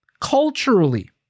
culturally